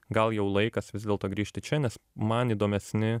gal jau laikas vis dėlto grįžti čia nes man įdomesni